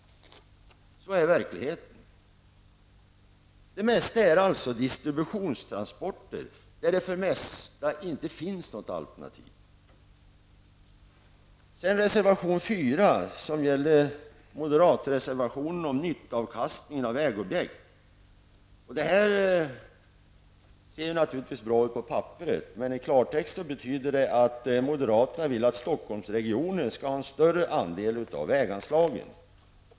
Det är verkligheten. Det gäller i de flesta fall distributionstransporter där det för det mesta inte finns några alternativ. Reservation nr 4 från moderaterna behandlar nyttoavkastningen av vägobjekt. Detta ser ju bra ut på papperet, men i klartext betyder det att moderaterna vill att Stockholmsregionen skall ha en större andel av väganslagen.